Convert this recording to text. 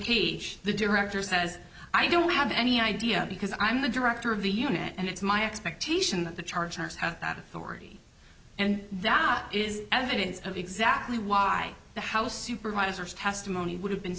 be the director says i don't have any idea because i'm the director of the unit and it's my expectation that the chargers have that authority and that is evidence of exactly why the house supervisors testimony would have been